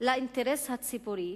לאינטרס הציבורי,